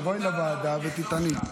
תבואי לוועדה ותטעני.